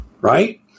right